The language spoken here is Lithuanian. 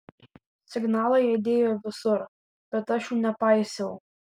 signalai aidėjo visur bet aš jų nepaisiau